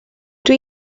rydw